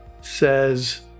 says